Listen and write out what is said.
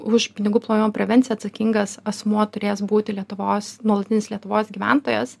už pinigų plovimo prevenciją atsakingas asmuo turės būti lietuvos nuolatinis lietuvos gyventojas